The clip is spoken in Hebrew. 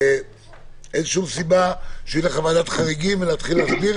אין שום סיבה שילך לוועדת חריגים ולהתחיל להסביר